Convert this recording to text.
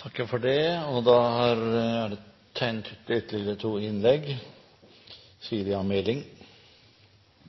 Det var fint å få klarhet i at det var juni 2012. Selv om vi er